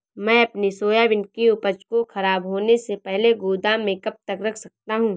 मैं अपनी सोयाबीन की उपज को ख़राब होने से पहले गोदाम में कब तक रख सकता हूँ?